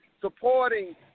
supporting